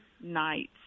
nights